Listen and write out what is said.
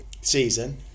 season